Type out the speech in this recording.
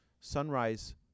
sunrise